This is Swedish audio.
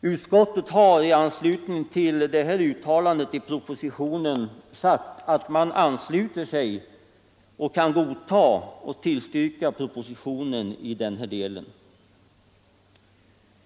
Utskottet har i anslutning till detta uttalande i propositionen sagt att det ansluter sig till och kan tillstyrka propositionen i den här delen.